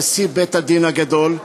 נשיא בית-הדין הגדול.